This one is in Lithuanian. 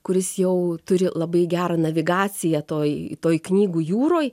kuris jau turi labai gerą navigaciją toj toj knygų jūroj